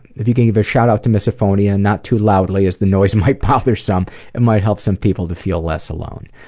if you could give a shout out to misophonia not too loudly as the noise might bother some, it might help some people to feel less alone.